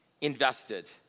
invested